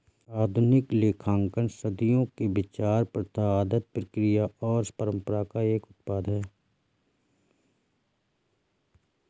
आधुनिक लेखांकन सदियों के विचार, प्रथा, आदत, क्रिया और परंपरा का एक उत्पाद है